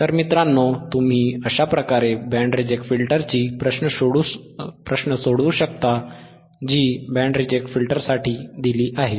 तर मित्रांनो तुम्ही अशा प्रकारे बँड रिजेक्ट फिल्टरची प्रश्न सोडवू शकता जी बँड रिजेक्ट फिल्टरसाठी दिली आहे